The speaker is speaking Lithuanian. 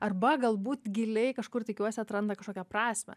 arba galbūt giliai kažkur tikiuosi atranda kažkokią prasmę